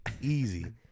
Easy